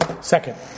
Second